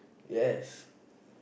yes